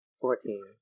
Fourteen